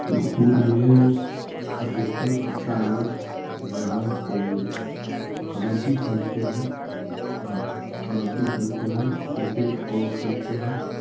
school में अधिकतर बच्चा लोग जो है सो कबड्डी खेलते हैं हाँ कबड्डी खेलते हैं क्रिकेट कम खेलते हैं